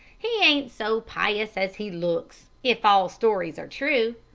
he ain't so pious as he looks, if all stories are true.